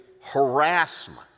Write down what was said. harassment